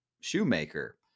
shoemaker